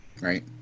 Right